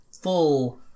Full